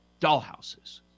dollhouses